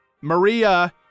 Maria